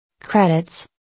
Credits